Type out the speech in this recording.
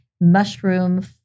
mushroom